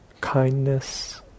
kindness